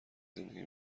زندگی